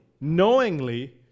knowingly